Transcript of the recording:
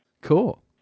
Cool